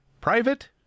Private